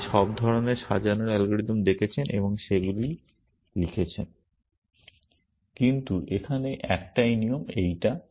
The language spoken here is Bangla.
আপনি সব ধরণের সাজানোর অ্যালগরিদম দেখেছেন এবং আপনি সেগুলি লিখেছেন। কিন্তু এখানে একটাই নিয়ম এইটা